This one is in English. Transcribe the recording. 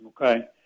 Okay